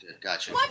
gotcha